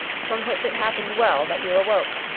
from which it happened well that you awoke.